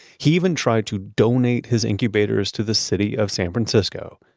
he even tried to donate his incubators to the city of san francisco,